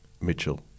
Mitchell